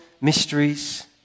mysteries